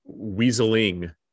Weaseling